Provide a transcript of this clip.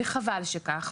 וחבל שכך.